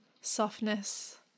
softness